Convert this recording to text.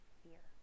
fear